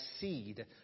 seed